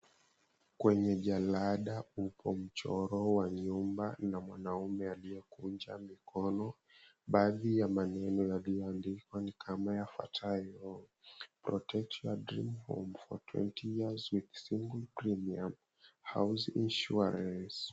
Kwenye jalada uko mchoro wa nyumba na mwanaume aliyekunja mikono baadhi ya maneno yaliyoandikwa ni kama yafutayo, "Protect your dream home for twenty years with Single Premium Insurance."